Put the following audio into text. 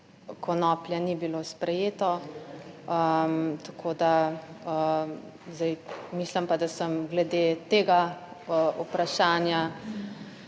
konoplje ni bilo sprejeto, tako, da zdaj, mislim pa, da sem glede tega vprašanja